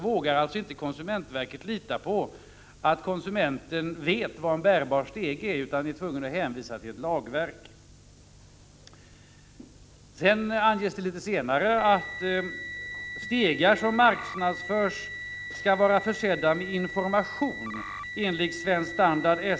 Vågar inte konsumentverket lita på att allmänheten vet vad en bärbar stege är, utan är tvunget att hänvisa till ett lagverk?